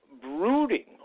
brooding